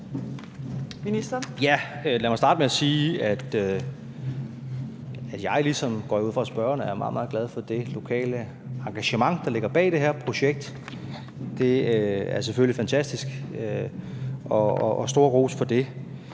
jeg ud fra – er meget, meget glad for det lokale engagement, der ligger bag det her projekt. Det er selvfølgelig fantastisk – og stor ros for det.